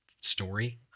story